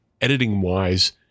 editing-wise